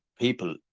people